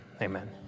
amen